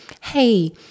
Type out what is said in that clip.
hey